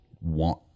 want